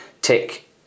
tick